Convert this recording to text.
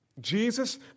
Jesus